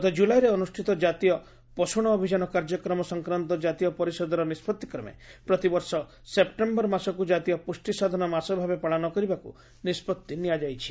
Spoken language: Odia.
ଗତ ଜୁଲାଇରେ ଅନୁଷ୍ଠିତ ଜାତୀୟ ପୋଷଣ ଅଭିଯାନ କାର୍ଯ୍ୟକ୍ରମ ସଂକ୍ରାନ୍ତ ଜାତୀୟ ପରିଷଦର ନିଷ୍ପଭିକ୍ରମେ ପ୍ରତିବର୍ଷ ସେପ୍ଟେମ୍ବର ମାସକୁ ଜାତୀୟ ପୁଷ୍ଟିସାଧନ ମାସ ଭାବେ ପାଳନ କରିବାକୁ ନିଷ୍ପଭି ନିଆଯାଇଛି